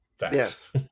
Yes